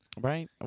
Right